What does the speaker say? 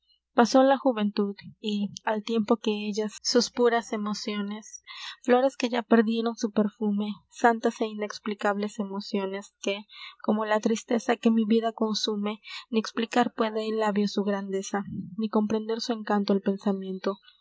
pasó la juventud y al tiempo que ella sus puras emociones flores que ya perdieron su perfume santas é inexplicables emociones que como la tristeza que mi vida consume ni explicar puede el labio su grandeza ni comprender su encanto el pensamiento